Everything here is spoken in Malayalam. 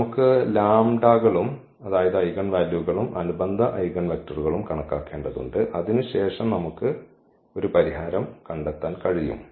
നമുക്ക് ലാംബഡകളും അതായത് ഐഗൻവാല്യൂകളും അനുബന്ധ ഐഗൻവെക്റ്ററുകളും കണക്കാക്കേണ്ടതുണ്ട് അതിനുശേഷം നമുക്ക് ഒരു പരിഹാരം കണ്ടെത്താൻ കഴിയും